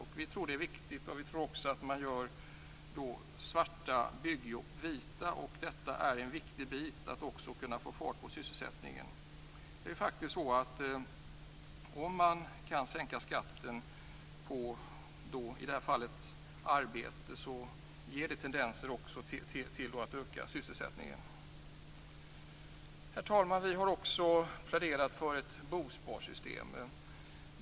Det är viktigt. Vi tror också att man därmed gör svarta jobb vita. Detta är också en viktig bit för att få fart på sysselsättningen. Om man kan sänka skatten på arbete i det här fallet ger det också tendenser till att öka sysselsättningen. Herr talman! Vi har också pläderat för ett bosparsystem.